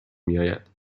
میآید